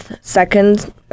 second